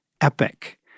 epic